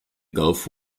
gulf